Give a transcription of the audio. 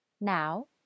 Now